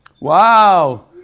Wow